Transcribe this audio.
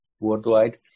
worldwide